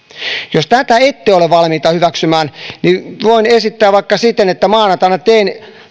jos tätä ette ole valmiita hyväksymään voin esittää vaikka siten että maanantaina teen